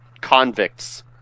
convicts